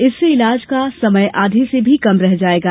इससे इलाज का समय आधे से भी कम रह जाएगा